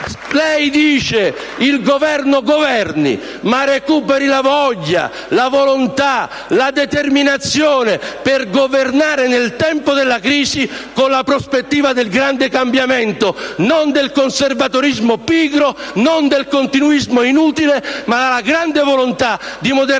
lei dice: il Governo governi. Ma recuperi la voglia, la volontà, la determinazione per governare nel tempo della crisi, con la prospettiva del grande cambiamento, non del conservatorismo pigro, non del continuismo inutile, ma con la grande volontà di modernizzare